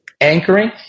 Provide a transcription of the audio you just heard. anchoring